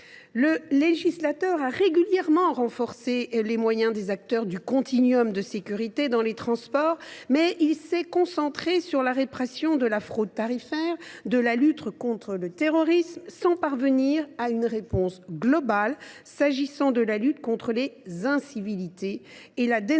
Le législateur a régulièrement renforcé les moyens des acteurs du continuum de sécurité dans les transports, mais il s’est concentré sur la répression de la fraude tarifaire et la lutte contre le terrorisme, sans parvenir à une réponse globale en ce qui concerne la lutte contre les incivilités et la délinquance